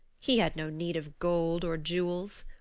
he had no need of gold or jewels.